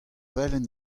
velen